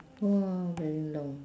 !wah! very long